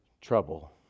trouble